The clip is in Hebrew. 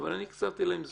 אבל אני הקצבתי להם זמן.